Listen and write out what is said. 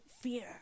fear